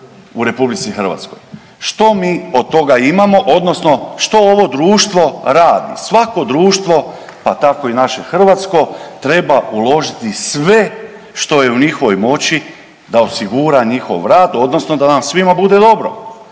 kategorija u RH. Što mi od toga imamo, odnosno, što ovo društvo radi? Svako društvo pa tako i naše hrvatsko, treba uložiti sve što je u njihovoj moći da osigura njihov rad, odnosno da nam svima bude dobro.